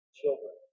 children